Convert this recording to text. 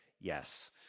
yes